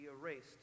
erased